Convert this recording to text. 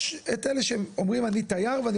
יש את אלה שהם אומרים אני תייר ואני